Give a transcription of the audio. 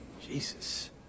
Jesus